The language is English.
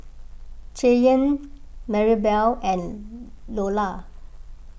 Cheyanne Marybelle and Loula